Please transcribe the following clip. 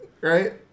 Right